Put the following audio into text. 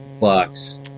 Bucks